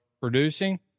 producing